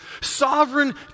sovereign